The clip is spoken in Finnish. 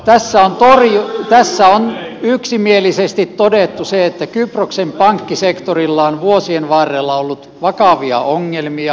tässä on yksimielisesti todettu se että kyproksen pankkisektorilla on vuosien varrella ollut vakavia ongelmia